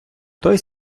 той